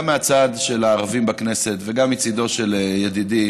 גם מהצד של הערבים בכנסת וגם מצידו של ידידי